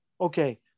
okay